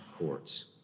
courts